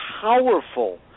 powerful